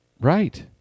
Right